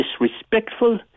disrespectful